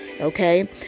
okay